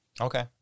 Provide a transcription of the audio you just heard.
Okay